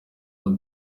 ube